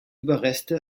überreste